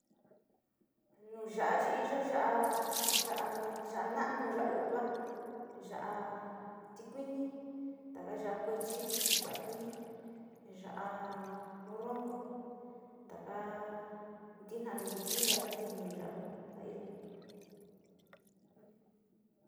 Nu ya´a chi iyo ya´a, ya´a na´anu, ya´a u´uva va´a tikuiñi, taka ya´a kuechi, ya kui, ya morrongo, ntaka ntinanu kuiti nu ya´a tini nu ya´a, yua ku nu iyo.